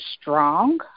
strong